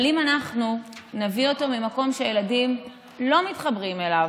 אבל אם אנחנו נביא אותו ממקום שהילדים לא מתחברים אליו,